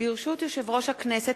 ברשות יושב-ראש הכנסת,